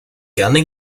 gerne